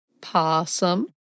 possum